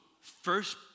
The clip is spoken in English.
first